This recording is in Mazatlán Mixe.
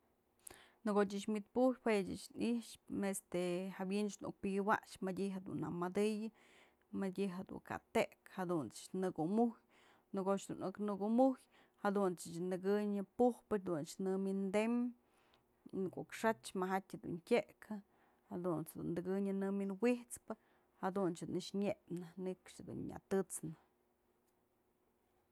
Në ko'o ëch wi'it pujë jue ëch nixpë este jawi'in nuk pi'iwax mëdyë jedun nëmëdëyë, mëdyë jedun ka tëk, jadunt's në kumujyë, në ko'och dun nuk nëkumujyë jadunt's tëkënyë pujpë, jadun ëch në wi'indëm, nuk xa'ajtyë majatyë jedun tyekë jadunt's dun tëkënyë në wi'in wi'ijt'spë jadunt's nëkxyë nyëpnë, nëkxë jedun nya tët'snë.